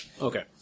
Okay